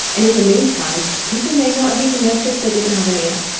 and in the meantime people may not have even noticed they didn't have an ear.